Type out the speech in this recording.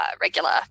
regular